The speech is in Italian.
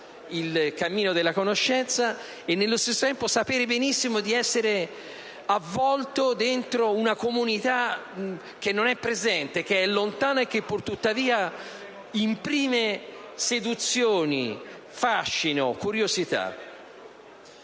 il cammino della conoscenza e nello stesso tempo sapere benissimo di essere avvolto dentro una comunità che non è presente, che è lontana e che purtuttavia imprime seduzioni, fascino, curiosità.